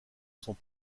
sont